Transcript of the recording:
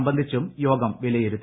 സംബന്ധിച്ചും യോഗം വിലയിരുത്തി